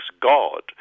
god